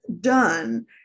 done